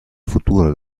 futuro